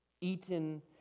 eaten